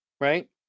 right